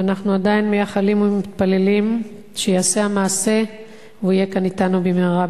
ואנחנו עדיין מייחלים ומתפללים שייעשה המעשה והוא יהיה כאן אתנו במהרה,